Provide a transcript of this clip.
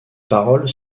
paroles